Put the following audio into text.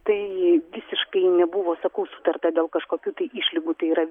tai visiškai nebuvo sakau sutarta dėl kažkokių tai išlygų tai yra